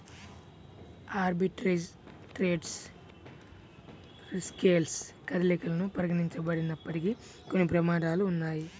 arbitrage trades riskless కదలికలను పరిగణించబడినప్పటికీ, కొన్ని ప్రమాదాలు ఉన్నయ్యి